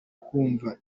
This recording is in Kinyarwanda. kumva